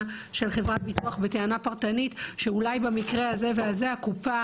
של חברת ביטוח בטענה פרטנית שאולי במקרה הזה והזה הקופה,